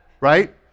right